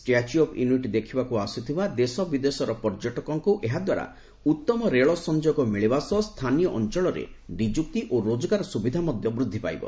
statue of Unity ଦେଖିବାକୁ ଆସୁଥିବା ଦେଶବିଦେଶର ପର୍ଯ୍ୟଟକଙ୍କୁ ଏହାଦ୍ୱାରା ଉତ୍ତମ ରେଳ ସଂଯୋଗ ମିଳିବା ସହ ସ୍ଥାନୀୟ ଅଞ୍ଚଳରେ ନିଯୁକ୍ତି ଓ ରୋଜଗାର ସୁବିଧା ମଧ୍ୟ ବୃଦ୍ଧି ପାଇବ